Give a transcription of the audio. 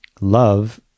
Love